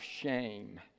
shame